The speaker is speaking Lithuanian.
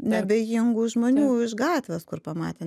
neabejingų žmonių iš gatvės kur pamatė